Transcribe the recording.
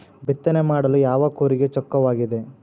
ಬಿತ್ತನೆ ಮಾಡಲು ಯಾವ ಕೂರಿಗೆ ಚೊಕ್ಕವಾಗಿದೆ?